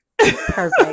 Perfect